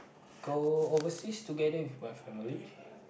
go overseas together with my family